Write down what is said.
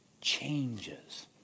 changes